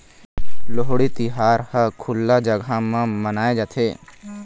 लोहड़ी तिहार ह खुल्ला जघा म मनाए जाथे